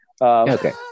Okay